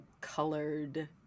colored